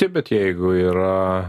taip bet jeigu yra